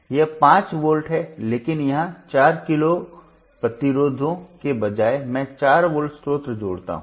यह पांच वोल्ट है लेकिन यहां 4 किलो प्रतिरोधों के बजाय मैं 4 वोल्ट स्रोत जोड़ता हूं